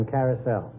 Carousel